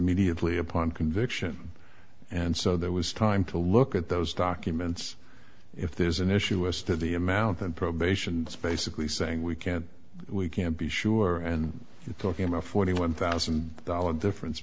mediately upon conviction and so there was time to look at those documents if there's an issue as to the amount and probation that's basically saying we can't we can't be sure and you're talking about forty one thousand dollars difference